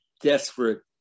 desperate